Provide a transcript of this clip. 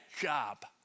job